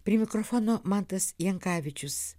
prie mikrofono mantas jankavičius